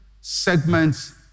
segments